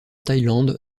thaïlande